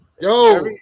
Yo